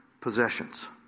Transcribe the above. possessions